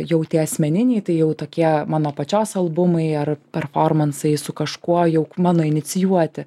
jau tie asmeniniai tai jau tokie mano pačios albumai ar performansai su kažkuo jau mano inicijuoti